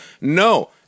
no